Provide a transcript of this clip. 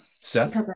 Seth